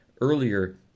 Earlier